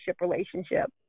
relationship